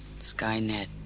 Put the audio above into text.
Skynet